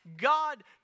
God